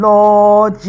Lord